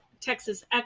Texas